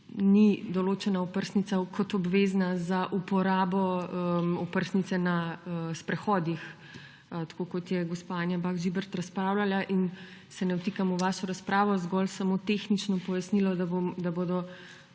ni določena kot obvezna za uporabo oprsnice na sprehodih, tako kot je gospa Anja Bah Žibert razpravljala. Ne vtikam se v vašo razpravo, zgolj samo tehnično pojasnilo, da bodo